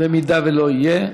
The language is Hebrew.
לא יהיה,